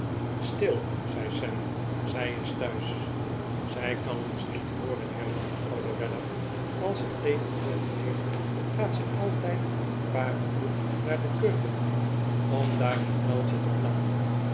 stil zei sam zij is thuis zij kan ons niet hooren hernam de oude weller als zij thee gedronken heeft gaat zij altijd een paar uur naar de keuken om daar een uiltje te kinappen